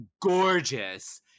gorgeous